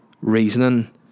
reasoning